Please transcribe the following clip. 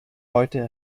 heutige